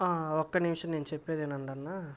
ఒక్క నిమిషం నేను చెప్పేది వినండన్నా